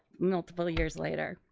multiple years later.